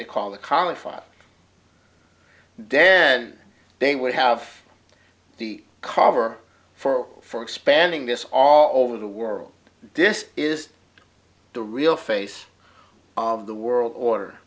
they call the colophon dan they would have the cover for for expanding this all over the world this is the real face of the world order